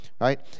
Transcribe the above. right